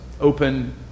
open